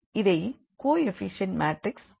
இதை coefficient matrix எனலாம்